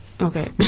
Okay